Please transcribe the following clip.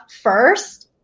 first